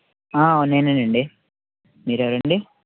నేనేనండి మీరెవరండి